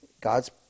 God's